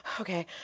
okay